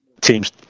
teams